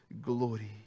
glory